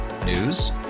News